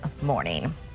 morning